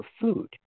food